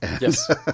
Yes